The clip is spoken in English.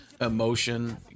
Emotion